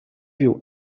you